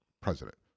president